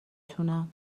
تونم